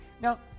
Now